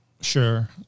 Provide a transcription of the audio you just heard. Sure